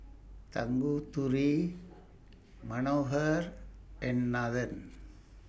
Tanguturi Manohar and Nathan